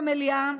במליאה,